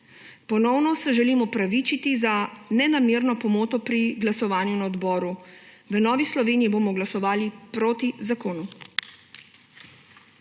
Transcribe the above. Ponovno se želim opravičiti za nenamerno pomoto pri glasovanju na odboru. V Novi Sloveniji bomo glasovali proti zakonu.